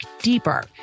deeper